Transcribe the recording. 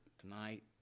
tonight